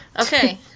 okay